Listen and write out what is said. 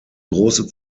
große